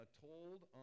told